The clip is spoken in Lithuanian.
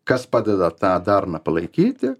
kas padeda tą darną palaikyti